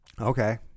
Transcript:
okay